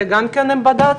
זה גם כן עם בד"צ.